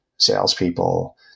Salespeople